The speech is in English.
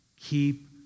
Keep